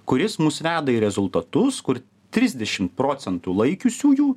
kuris mus veda į rezultatus kur trisdešim procentų laikiusiųjų